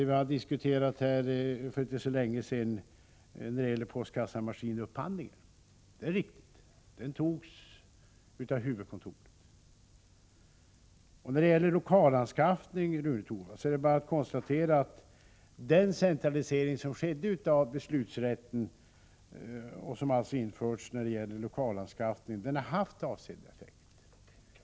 Vi diskuterade för inte så länge sedan postkassamaskinupphandlingen. Det är riktigt. Det beslutet fattades av huvudkontoret. När det gäller lokalanskaffning är det bara att konstatera att den centralisering som skedde av beslutsrätten och som alltså införts när det gäller lokalanskaffning har haft avsedd effekt.